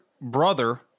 brother